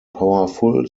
powerful